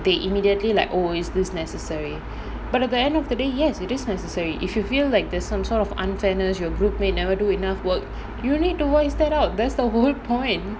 they immediately like oh is this necessary but at the end of the day yes it is necessary if you feel like there's some sort of unfairness your group mate never do enough work you need to voice that out that's the whole point